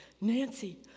Nancy